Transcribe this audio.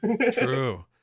True